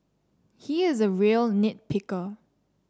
he is a real nit picker